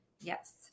Yes